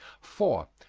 four.